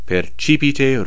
Percipite